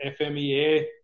FMEA